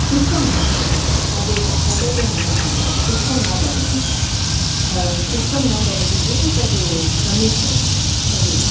शुष्कं न भवति तदेव तदेव मम चिन्तनं शुष्कं न भवनीयं शुष्कं न भवति चेत् तद् सम्यक् भवति तदेव